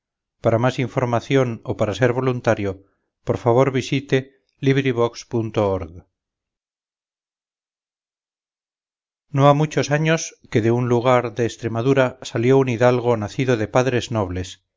dos doncellas rinconete y cortadillo el celoso extremeño de miguel de cervantes saavedra no ha muchos años que de un lugar de extremadura salió un hidalgo nacido de padres nobles